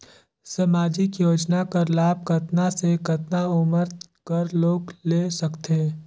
समाजिक योजना कर लाभ कतना से कतना उमर कर लोग ले सकथे?